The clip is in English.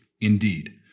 Indeed